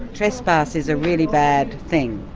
trespass is a really bad thing.